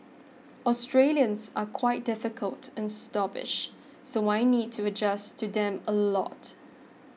Australians are quite difficult and snobbish so I need to adjust to them a lot